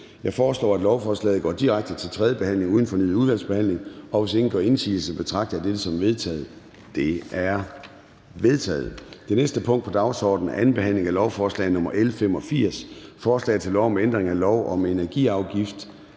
Jeg foreslår, at lovforslaget går direkte til tredje behandling uden fornyet udvalgsbehandling. Hvis ingen gør indsigelse, betragter jeg dette som vedtaget. Det er vedtaget. --- Det næste punkt på dagsordenen er: 21) 2. behandling af lovforslag nr. L 85: Forslag til lov om ændring af lov om energiafgift